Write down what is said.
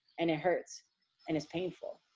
and it hurts and it's painful.